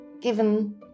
given